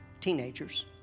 teenagers